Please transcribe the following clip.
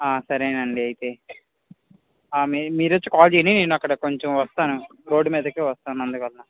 సరేనండీ అయితే మీరు వచ్చి కాల్ చేయండి నేను అక్కడ కొంచెం వస్తాను రోడ్ మీదకి వస్తాను అందువల్ల